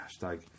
hashtag